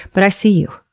but i see you,